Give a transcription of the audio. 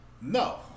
No